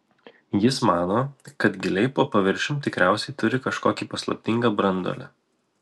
jis mano kad giliai po paviršium tikriausiai turi kažkokį paslaptingą branduolį